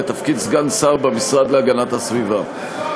לתפקיד סגן שר במשרד להגנת הסביבה.